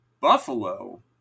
Buffalo